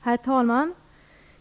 Herr talman!